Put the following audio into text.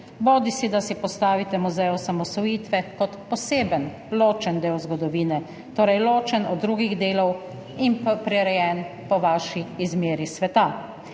bodisi si postavite muzej osamosvojitve kot poseben, ločen del zgodovine, torej ločen od drugih delov in prirejen po vaši izbiri sveta.